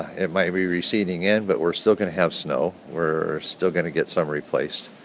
it might be receding in but we're still going to have snow. we're still going to get some replaced.